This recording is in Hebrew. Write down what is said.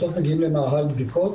בסוף מגיעים למאהל בדיקות